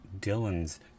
Dylan's